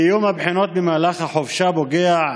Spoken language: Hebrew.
קיום הבחינות במהלך החופשה פוגע,